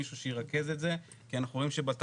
מישהו שירכז את זה כי אנחנו רואים שבתחנות